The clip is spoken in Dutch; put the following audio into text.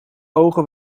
ogen